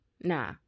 nah